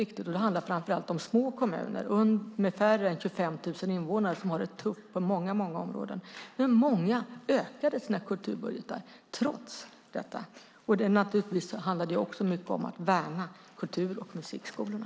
Det var framför allt små kommuner, med färre än 25 000 invånare, som ju har det tufft på många områden. Många ökade alltså sina kulturbudgetar trots krisen. Naturligtvis handlar det också om att värna kultur och musikskolorna.